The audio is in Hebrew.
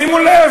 שימו לב,